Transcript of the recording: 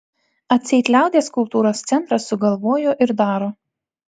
atseit liaudies kultūros centras sugalvojo ir daro